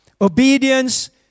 Obedience